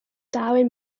darwin